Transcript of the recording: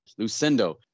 Lucindo